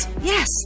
yes